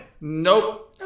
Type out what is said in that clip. Nope